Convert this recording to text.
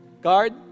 Guard